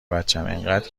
بچم، انقدر